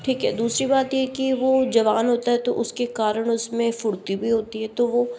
ठीक है दूसरी बात ये कि वो जवान होता है तो उसके कारण उसमें फुर्ती भी होती है तो वो